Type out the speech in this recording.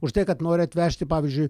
už tai kad nori atvežti pavyzdžiui